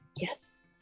yes